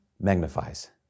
magnifies